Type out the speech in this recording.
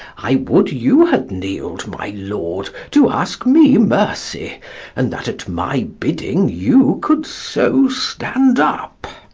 i would you had kneel'd, my lord, to ask me mercy and that at my bidding you could so stand up.